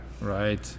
Right